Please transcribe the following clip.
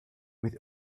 with